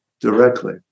directly